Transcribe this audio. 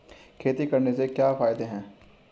खेती करने से क्या क्या फायदे हैं?